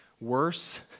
Worse